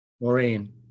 Maureen